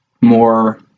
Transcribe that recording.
more